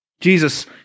Jesus